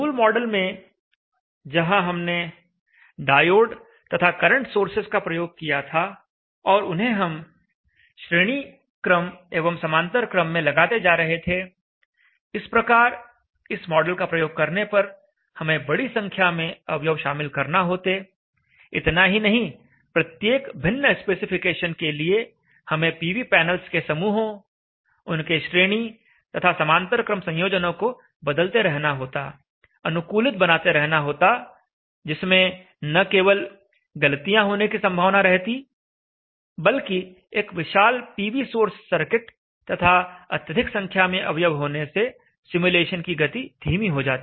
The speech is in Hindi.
मूल मॉडल में जहां हमने डायोड तथा करंट सोर्सेस का प्रयोग किया था और उन्हें हम श्रेणी क्रम एवं समांतर क्रम में लगाते जा रहे थे इस प्रकार इस मॉडल का प्रयोग करने पर हमें बड़ी संख्या में अवयव शामिल करना होते इतना ही नहीं प्रत्येक भिन्न स्पेसिफिकेशन के लिए हमें पीवी पेनल्स के समूहों उनके श्रेणी तथा समांतर क्रम संयोजनों को बदलते रहना होताअनुकूलित बनाते रहना होता जिसमें न केवल गलतियां होने की संभावना रहती बल्कि एक विशाल पीवी सोर्स सर्किट तथा अत्यधिक संख्या में अवयव होने से सिमुलेशन की गति धीमी हो जाती